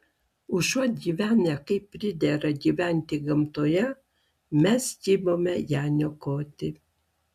užuot gyvenę kaip pridera gyventi gamtoje mes kibome ją niokoti